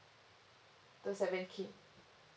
the seven K